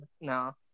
No